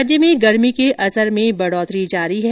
प्रदेश में गर्मी के असर में बढ़ोतरी जारी है